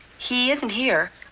he isn't here.